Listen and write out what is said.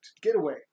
getaway